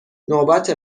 نوبت